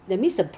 definitely